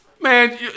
man